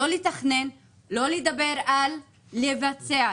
לא לתכנן, לא לדבר על לבצע.